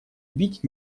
бить